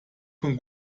von